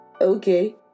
Okay